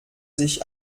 sich